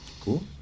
cool